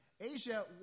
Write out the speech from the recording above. Asia